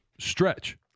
Stretch